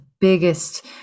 biggest